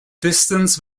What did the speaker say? distance